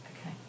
Okay